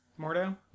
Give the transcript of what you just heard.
Mordo